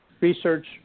research